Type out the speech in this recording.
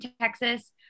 Texas